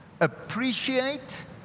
Appreciate